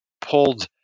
pulled